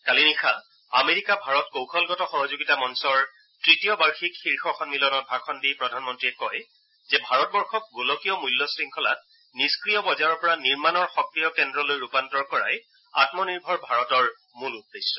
কালি নিশা আমেৰিকা ভাৰত কৌশলগত সহযোগিতা মঞ্চৰ তৃতীয় বাৰ্যিক শীৰ্য সম্মিলনত ভাষণ দি প্ৰধানমন্ত্ৰীয়ে কয় যে ভাৰতবৰ্ষক গোলকীয় মূল্য শৃংখলাত নিষ্ক্ৰিয় বজাৰৰ পৰা নিৰ্মাণৰ সক্ৰিয় কেন্দ্ৰলৈ ৰূপান্তৰ কৰাই আমনিৰ্ভৰ ভাৰতৰ মূল উদ্দেশ্য